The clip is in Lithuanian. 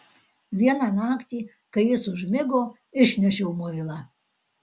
vieną naktį kai jis užmigo išnešiau muilą